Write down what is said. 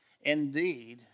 Indeed